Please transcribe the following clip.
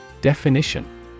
Definition